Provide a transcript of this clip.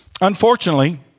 Unfortunately